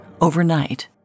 overnight